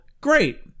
great